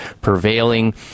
prevailing